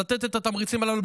ולתת את התמריצים הללו,